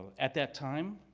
at that time,